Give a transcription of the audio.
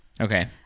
Okay